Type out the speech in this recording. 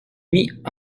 mit